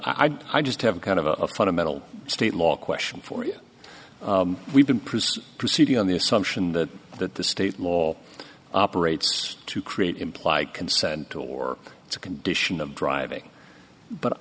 i just have kind of a fundamental state law question for you we've been precise proceeding on the assumption that that the state law operates to create imply consent or it's a condition of driving but